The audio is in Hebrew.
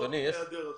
לא היעדר רצון.